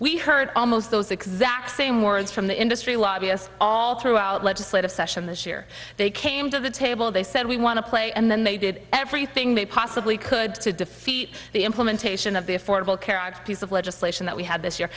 we heard almost those exact same words from the industry lobbyist all throughout legislative session this year they came to the table they said we want to play and then they did everything they possibly could to defeat the implementation of the affordable care act piece of legislation that we had this year